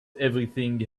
everything